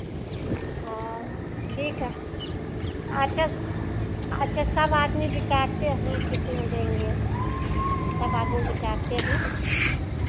हाँ ठीक है अच्छा अच्छा सब आदमी विचारते हैं कितना देंगे सब आदमी विचारते हैं